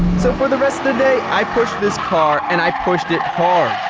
so for the rest of the day, i pushed this car and i pushed it hard.